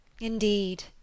Indeed